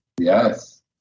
Yes